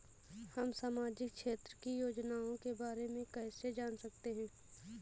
हम सामाजिक क्षेत्र की योजनाओं के बारे में कैसे जान सकते हैं?